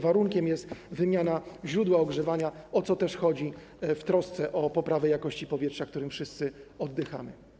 Warunkiem jest wymiana źródła ogrzewania, o co też chodzi w trosce o poprawę jakości powietrza, którym wszyscy oddychamy.